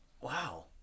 wow